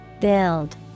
Build